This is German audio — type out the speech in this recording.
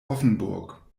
offenburg